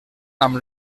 amb